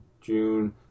June